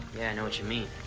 yeah, i know what you mean